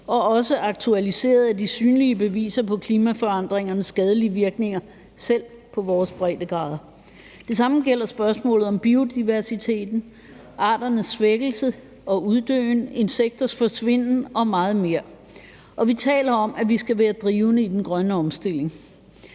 også aktualiseret af de synlige beviser på klimaforandringernes skadelige virkninger selv på vores breddegrader. Det samme gælder spørgsmålet om biodiversiteten, arternes svækkelse og uddøen, insekters forsvinden og meget mere, og vi taler om, at vi skal være drivende i den grønne omstilling.